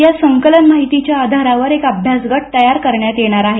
या संकलन माहितीच्या आधारावर एक अभ्यास गट तयार करण्यात येईल